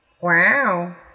wow